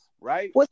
Right